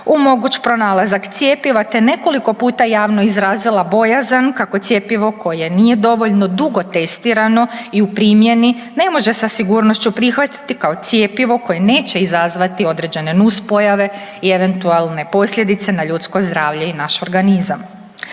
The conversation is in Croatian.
moguć pronalazak cjepiva, te nekoliko puta javno izrazila bojazan kako cjepivo koje nije dovoljno dugo testirano i u primjeni ne može sa sigurnošću prihvatiti kao cjepivo koje neće izazvati određene nus pojave i eventualne posljedice na ljudsko zdravlje i naš organizam.